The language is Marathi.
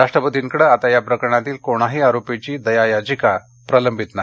राष्ट्रपर्तींकडे आता या प्रकरणातील कोणाही आरोपीची दया याचिका प्रलंबित नाही